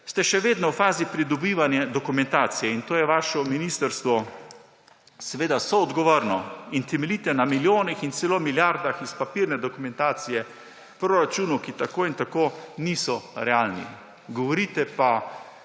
ste še vedno v fazi pridobivanja dokumentacije. Za to je vaše ministrstvo seveda soodgovorno. In temeljite na milijonih, celo milijardah iz papirne dokumentacije v proračunu, ki tako in tako ni realna. Govorite,